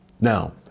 Now